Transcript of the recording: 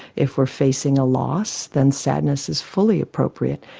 if we are facing a loss, then sadness is fully appropriate.